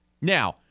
Now